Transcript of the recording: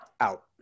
out